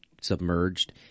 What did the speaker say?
submerged